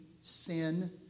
sin